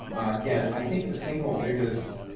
again, i think the single biggest